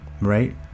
right